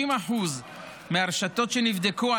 60% מהרשתות שנבדקו,